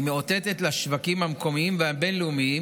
היא מאותתת לשווקים המקומיים והבין-לאומיים